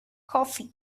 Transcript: coffee